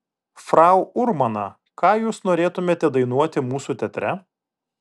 frau urmana ką jūs norėtumėte dainuoti mūsų teatre